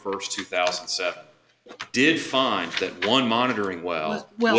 first two thousand and seven did find that one monitoring well well